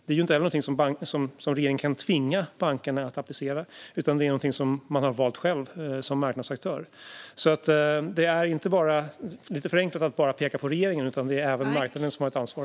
Detta är inte heller någonting som regeringen kan tvinga bankerna att applicera, utan det är någonting som de väljer själva som marknadsaktörer. Det är lite förenklat att bara peka på regeringen. Även marknaden har ett ansvar.